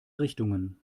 richtungen